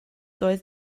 doedd